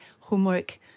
homework